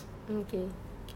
okay